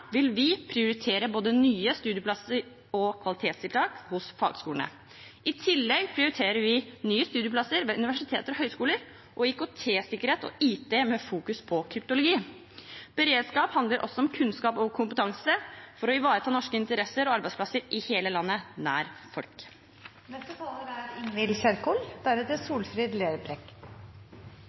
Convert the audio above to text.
prioritere både nye studieplasser og kvalitetstiltak hos fagskolene. I tillegg prioriterer vi nye studieplasser ved universiteter og høyskoler og IKT-sikkerhet og IT med fokus på kryptologi. Beredskap handler også om kunnskap og kompetanse for å ivareta norske interesser og arbeidsplasser, i hele landet, nær folk. Et av Stortingets aller viktigste oppdrag er